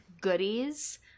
goodies